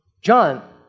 John